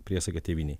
priesaika tėvynei